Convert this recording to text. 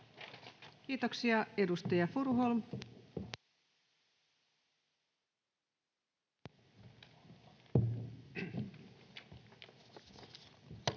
Kiitoksia. — Edustaja Furuholm. Arvoisa